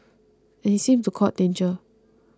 and he seemed to court danger